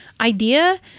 idea